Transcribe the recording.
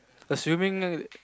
assuming